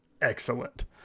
Excellent